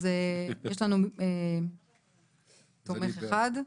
יש לנו תומך אחד.